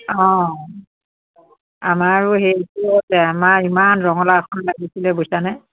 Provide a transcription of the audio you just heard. অঁ আমাৰো সেইটো আছে আমাৰ ইমান ৰঙালাউখন লাগিছিলে বুজিছানে